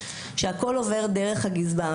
שהכול עובר דרך הגזבר,